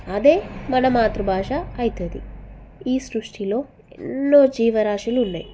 అదే మన మాతృభాష అవుతుంది ఈ సృష్టిలో ఎన్నో జీవరాసులు ఉన్నాయి